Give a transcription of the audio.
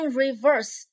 reverse